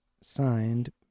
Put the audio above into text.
Signed